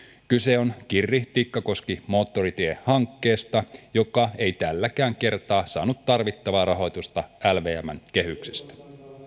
kyse on kirri tikkakoski moottoritiehankkeesta joka ei tälläkään kertaa saanut tarvittavaa rahoitusta lvmn kehyksestä